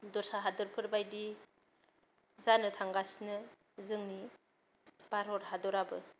दस्रा हादरफोरबादि जानो थांगासिनो जोंनि भारत हादराबो